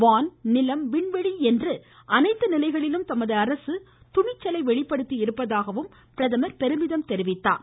வான் நிலம் விண்வெளி என்ற அனைத்து நிலைகளிலும் தமது அரசு துணிச்சலை வெளிப்படுத்தியிருப்பதாகவும் பெருமிதம் தெரிவித்தார்